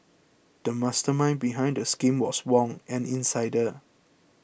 the mastermind behind the scheme was Wong an insider